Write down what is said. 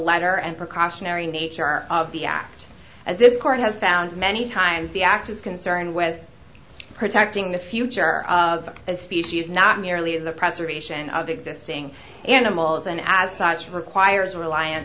letter and precautionary nature of the act as this court has found many times the act is concerned with protecting the future of its species not merely the preservation of existing animals and as such requires a relian